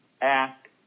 ask